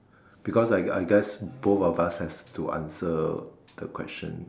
because I I guess both of us have to answer the question